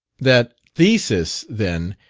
that theses, then,